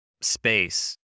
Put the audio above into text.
space